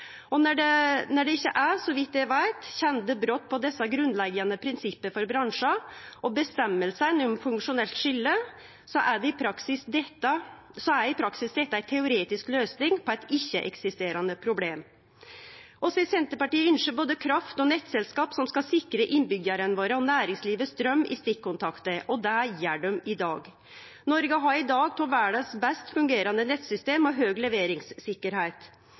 Når det ikkje er, så vidt eg veit, kjende brot på desse grunnleggjande prinsippa for bransjen og avgjerdene om funksjonelt skilje, er dette i praksis ei teoretisk løysing på eit ikkje-eksisterande problem. Vi i Senterpartiet ynskjer både kraft- og nettselskap som skal sikre innbyggjarane våre og næringslivet straum i stikkontaktar, og det gjer dei i dag. Noreg har i dag eit av verdas best fungerande nettsystem og høg leveringssikkerheit.